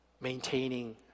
maintaining